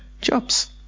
jobs